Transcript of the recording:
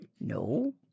No